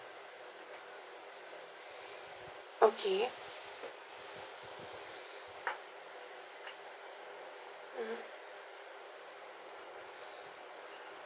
okay mmhmm